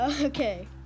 okay